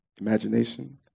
imagination